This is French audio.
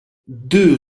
deux